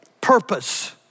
purpose